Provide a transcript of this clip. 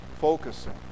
Focusing